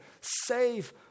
save